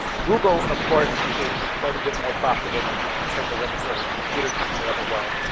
google, of course, is is quite a bit more profitable than than circle repertory theater company ever was.